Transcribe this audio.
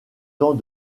temps